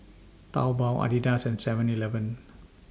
Taobao Adidas and Seven Eleven